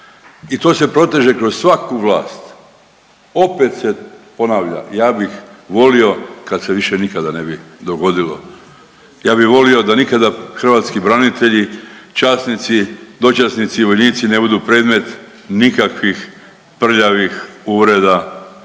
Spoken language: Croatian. I to se proteže kroz svaku vlast. Opet se ponavlja ja bih volio kad se više nikada ne bi dogodilo. Ja bih volio da nikada hrvatski branitelji, časnici, dočasnici, vojnici ne budu predmet nikakvih prljavih uvreda,